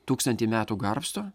tūkstantį metų garbsto